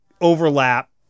overlap